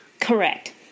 Correct